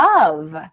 love